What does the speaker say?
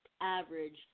average